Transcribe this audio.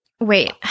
Wait